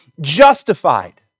justified